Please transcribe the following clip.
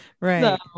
right